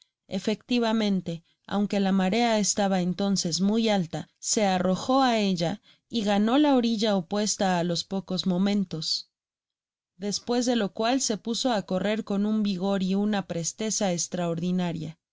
efectivamente aunque la marea estaba entonces muy alta se arrojó á ella y ganó la orilla opuesta álos pocos momentos despues de lo cual se puso á correr con un vigor y una presteza estraordinaria